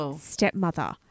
stepmother